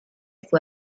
fue